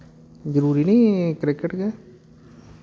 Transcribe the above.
जरूरी निं क्रिकट गै